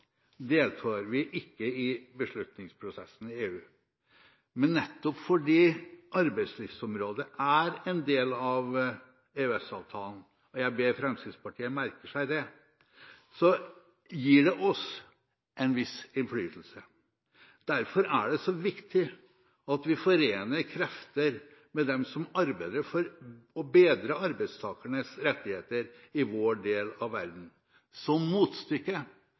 deltar vi ikke i beslutningsprosessene i EU, men nettopp fordi arbeidslivsområdet er en del av EØS-avtalen – jeg ber Fremskrittspartiet merke seg det – gir det oss en viss innflytelse. Derfor er det så viktig at vi forener krefter med dem som arbeider for å bedre arbeidstakernes rettigheter i vår del av verden – som motstykke